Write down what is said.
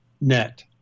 Net